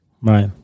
right